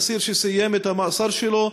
אסיר שסיים את המאסר שלו,